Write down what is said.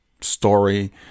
story